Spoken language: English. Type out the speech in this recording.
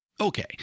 Okay